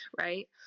right